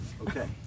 Okay